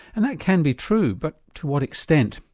and that can be true but to what extent?